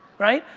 right?